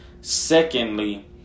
Secondly